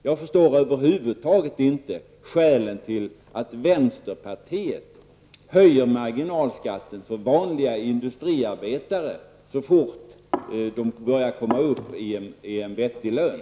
Jag förstår över huvud taget inte skälet till att vänsterpartiet vill höja mariginalskatten för vanliga industriarbetare så fort de börjar komma upp i en vettig lön.